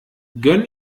gönn